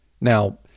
Now